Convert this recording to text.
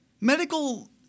Medical